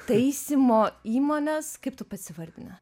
taisymo įmonės kaip tu pasivardini